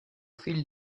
fil